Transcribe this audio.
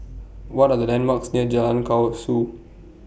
What Are The landmarks near Jalan Kasau